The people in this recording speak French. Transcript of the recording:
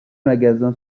magasin